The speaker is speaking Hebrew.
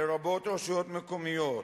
לרבות רשויות מקומיות,